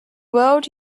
world